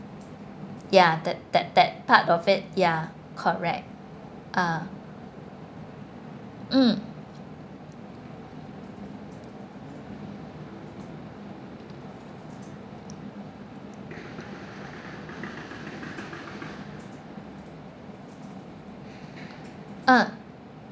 ya that that that part of it ya correct ah mm ah